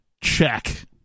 Check